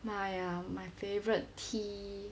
my ah my favourite tea